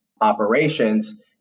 operations